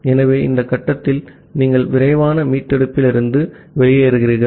ஆகவே இந்த கட்டத்தில் நீங்கள் விரைவான மீட்டெடுப்பிலிருந்து வெளியேறுகிறீர்கள்